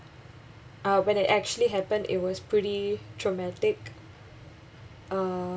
uh when it actually happened it was pretty traumatic uh